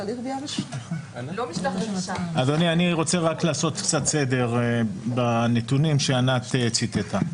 אדוני, אעשה קצת סדר בנתונים שענת ציטטה.